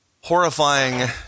horrifying